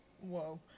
whoa